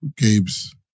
Gabe's